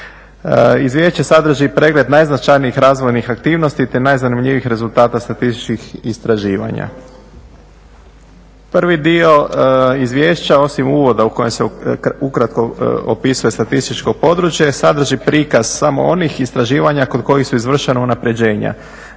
Izvješće sadrži pregled najznačajnijih razvojnih aktivnosti te najzanimljivijih rezultata statističkih istraživanja. Prvi dio izvješća, osim uvoda u kojem se ukratko opisuje statističko područje, sadrži prikaz samo onih istraživanja kod kojih su izvršena unapređenja.